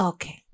Okay